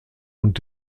und